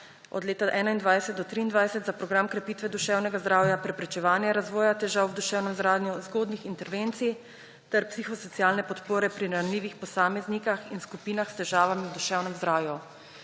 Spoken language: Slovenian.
od leta 2021 do 2023, za program krepitve duševnega zdravja, preprečevanje razvoja težav v duševnem zdravju, zgodnjih intervencij ter psihosocialne podpore pri ranljivih posameznikih in skupinah s težavami v duševnem zdravju.